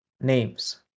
names